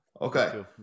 okay